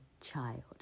child